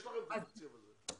יש לכם את התקציב שלכם.